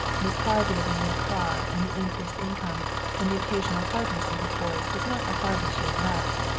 this harvey of the new car and the increased income and the occasional hardness in his voice was not the harvey she had left.